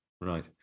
Right